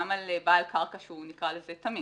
גם על בעל קרקע שהוא נקרא לזה תמים.